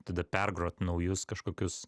tada pergrot naujus kažkokius